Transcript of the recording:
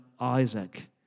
Isaac